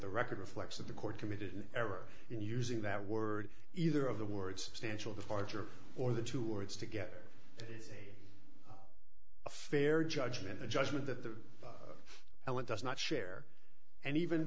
the record reflects that the court committed an error in using that word either of the words substantial departure or the two words together a fair judgment the judgment that the helen does not share and even